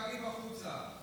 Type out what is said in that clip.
קריב, החוצה.